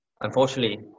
unfortunately